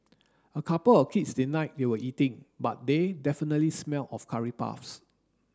a couple of kids denied they were eating but they definitely smelled of curry puffs